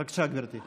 בבקשה, גברתי.